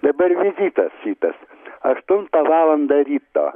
dabar vizitas šitas aštuntą valandą ryto